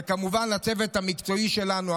וכמובן לצוות המקצועי שלנו,